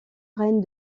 règne